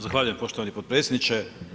Zahvaljujem poštovani predsjedniče.